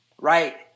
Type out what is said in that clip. right